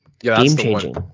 game-changing